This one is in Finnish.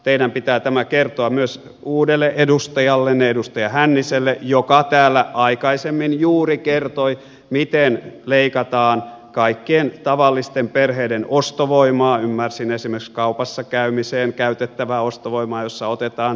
teidän pitää tämä kertoa myös uudelle edustajallenne edustaja hänniselle joka täällä aikaisemmin juuri kertoi miten leikataan kaikkien tavallisten perheiden ostovoimaa ymmärsin esimerkiksi kaupassa käymiseen käytettävää ostovoimaa jossa otetaan